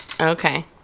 Okay